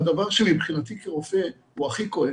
והדבר שמבחינתי כרופא הוא הכי כואב: